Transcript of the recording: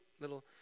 Little